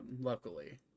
luckily